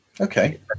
Okay